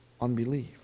unbelief